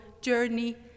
journey